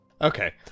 Okay